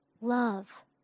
love